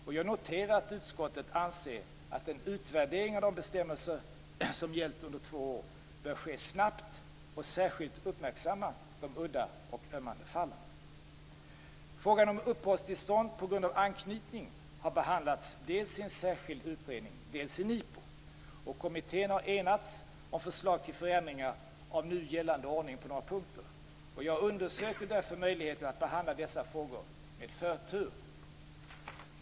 Jag noterar att utskottet anser att en utvärdering av de bestämmelser som gällt under två år bör ske snabbt och särskilt uppmärksamma de udda och ömmande fallen. Frågan om uppehållstillstånd på grund av anknytning har behandlats dels i en särskild utredning, dels i NIPU. Kommittén har enats om förslag till förändringar av nu gällande ordning på några punkter. Jag undersöker därför möjligheten att behandla dessa frågor med förtur.